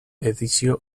edizio